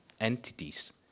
entities